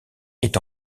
est